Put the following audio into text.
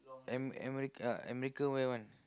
am~ am~ America uh America wear one